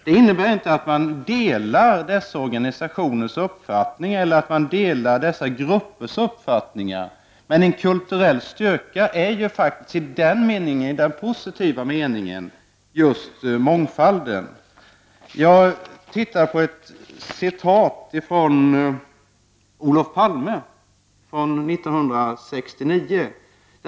Det innebär inte att detta människor delar dessa organisationers eller gruppers uppfattningar. Men en kulturell styrka i denna positiva mening är just mångfalden. Jag har hittat ett citat av Olof Palme från 1969.